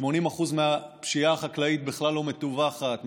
80% מהפשיעה החקלאית בכלל לא מדווחת,